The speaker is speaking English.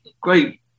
great